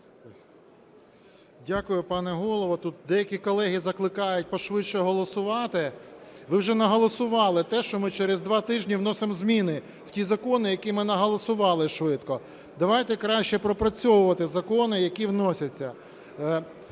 Дякую, пане Голово. Тут деякі колеги закликають пошвидше голосувати. Ви вже наголосували те, що ми через два тижні вносимо зміни в ті закони, які ми наголосували швидко. Давайте краще пропрацьовувати закони, які вносяться.